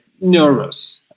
nervous